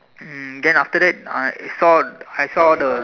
um then after that I saw I saw the